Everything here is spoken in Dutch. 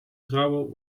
trouwen